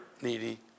needy